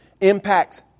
impacts